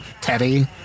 Teddy